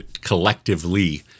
collectively